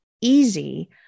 easy